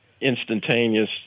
instantaneous